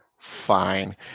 Fine